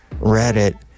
Reddit